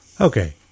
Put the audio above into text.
Okay